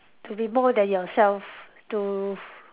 to be more than yourself to